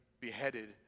beheaded